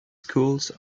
schools